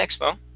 Expo